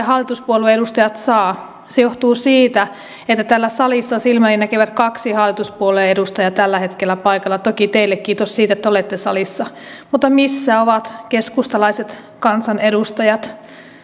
hallituspuolueiden edustajat saa se johtuu siitä että täällä salissa silmäni näkevät kaksi hallituspuolueen edustajaa tällä hetkellä paikalla toki teille kiitos siitä että olette salissa mutta missä ovat keskustalaiset kansanedustajat